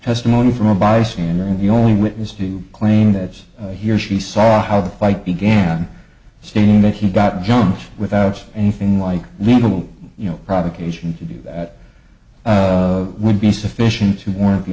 testimony from a bystander in the only witness to claim that he or she saw how the fight began stating that he got jumped without anything like legal you know provocation to do that would be sufficient to warrant the